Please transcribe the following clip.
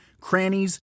crannies